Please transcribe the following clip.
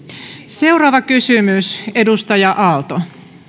seuraava kysymys edustaja aalto